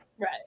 Right